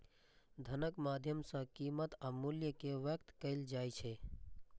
धनक माध्यम सं कीमत आ मूल्य कें व्यक्त कैल जाइ छै